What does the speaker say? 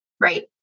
Right